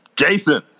Jason